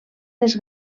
les